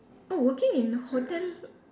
oh working in hotel